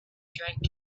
drank